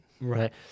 Right